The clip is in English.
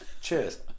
Cheers